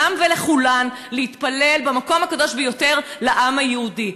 ולכולן להתפלל במקום הקדוש ביותר לעם היהודי.